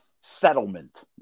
settlement